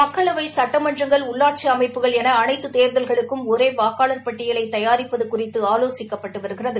மக்களவை சட்டமன்றங்கள் உள்ளாட்சி அமைப்புகள் என அனைத்து தேர்தல்களுக்கும் ஒரே வாக்காளர் பட்டியலை தயாரிப்பது குறித்து ஆலோசிக்கப்பட்டு வருகிறது